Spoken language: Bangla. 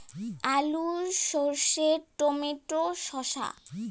আলু সর্ষে টমেটো শসা